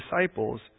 disciples